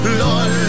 Lord